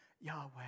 Yahweh